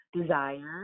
desire